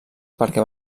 perquè